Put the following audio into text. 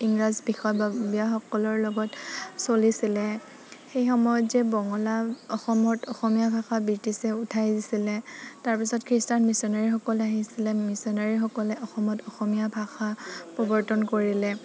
ইংৰাজ বিষয়ববীয়া সকলৰ লগত চলিছিলে সেইসময়ত যে বঙলা ভাষা অসমত অসমীয়া ভাষা ব্ৰিটিছে উঠাই দিছিলে তাৰপিছত খ্ৰীষ্টান মিছনাৰীসকল আহিছিলে মিছনাৰীসকলে অসমত অসমীয়া ভাষা প্ৰৱৰ্তন কৰিলে